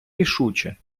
рішуче